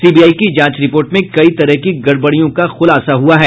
CBI की जांच report में कई तरह की गड़बड़ियों का खुलासा हुआ है